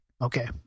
Okay